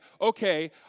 okay